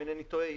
אם אינני טועה,